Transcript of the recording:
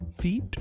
feet